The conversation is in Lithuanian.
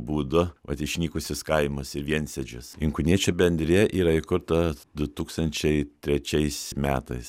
būdu vat išnykusius kaimus ir viensėdžius inkūniečių bendrija yra įkurta du tūkstančiai trečiais metais